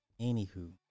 anywho